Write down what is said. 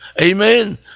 Amen